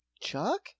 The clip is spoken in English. chuck